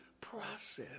process